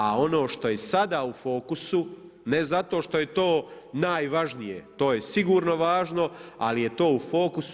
A ono što je sada u fokusu ne zato što je to najvažnije, to je sigurno važno ali je to u fokusu.